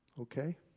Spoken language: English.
Okay